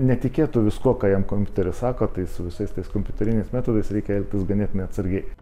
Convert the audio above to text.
netikėtų viskuo ką jiem kompiuteris sako tai su visais tais kompiuteriniais metodais reikia elgtis ganėtinai atsargiai